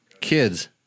Kids